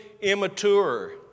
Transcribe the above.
immature